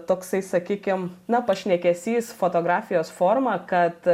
toksai sakykim na pašnekesys fotografijos forma kad